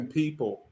people